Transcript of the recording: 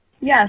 Yes